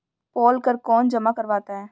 पोल कर कौन जमा करवाता है?